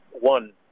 one